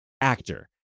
actor